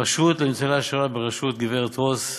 הרשות לניצולי השואה, בראשות הגברת רוס,